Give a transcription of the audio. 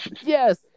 Yes